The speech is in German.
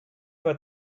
war